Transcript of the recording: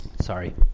Sorry